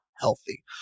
healthy